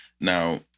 now